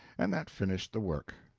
and that finished the work.